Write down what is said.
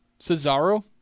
Cesaro